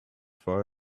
far